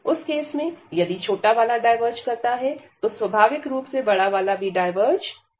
उस केस में यदि छोटा वाला डायवर्ज करता है तो स्वाभाविक रूप से बड़ा वाला भी डायवर्ज करेगा